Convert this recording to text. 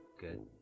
Good